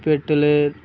পেট্রোলের